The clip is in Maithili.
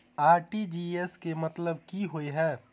आर.टी.जी.एस केँ मतलब की होइ हय?